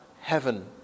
heaven